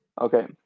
Okay